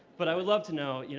but i would love to know, you